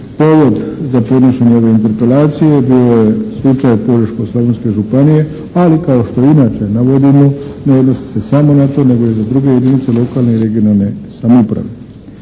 Povod za podnošenje ove interpelacije bio je slučaj Požeško-slavonske županije ali kao što inače navodimo ne odnosi se samo na to nego i na druge jedinice lokalne i regionalne samouprave.